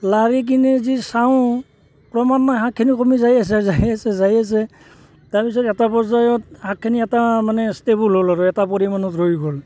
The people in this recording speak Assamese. লাৰি কিনে যি চাওঁ ক্ৰমান্বয়ে শাকখিনি কমি যাই আছে যাই আছে যাই আছে তাৰপিছত এটা পৰ্যায়ত শাকখিনি এটা মানে ষ্টেবল হ'ল আৰু এটা পৰিমাণত ৰৈ গ'ল